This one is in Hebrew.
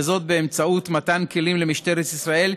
וזאת באמצעות מתן כלים למשטרת ישראל,